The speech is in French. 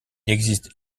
existe